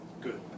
Good